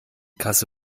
kasse